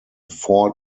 four